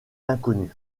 inconnue